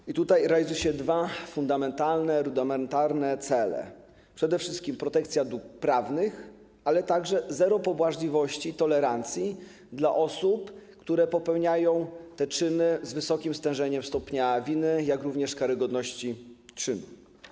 I tutaj realizuje się dwa fundamentalne, rudymentarne cele: przede wszystkim protekcja dóbr prawnych, ale także zero pobłażliwości i tolerancji dla osób, które popełniają te czyny z wysokim stężeniem stopnia winy, jak również karygodności czynu.